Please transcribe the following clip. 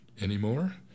anymore